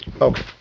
Okay